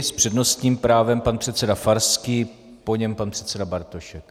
S přednostním právem pan předseda Farský, po něm pan předseda Bartošek.